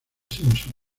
simpson